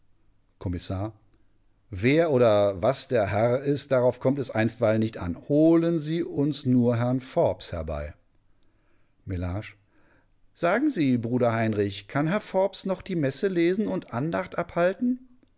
kommissar wer oder was der herr ist darauf kommt es einstweilen nicht an holen sie uns nur herrn forbes herbei mellage sagen sie bruder heinrich kann herr forbes noch die messe lesen und andacht abhalten